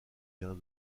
bien